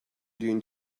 doing